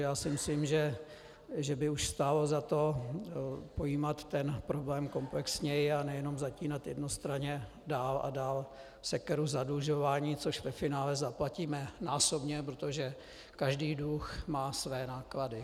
Já si myslím, že by stálo za to pojímat tento problém komplexněji a nejenom zatínat jednostranně dál a dál sekeru v zadlužování, což ve finále zaplatíme násobně, protože každý dluh má své náklady.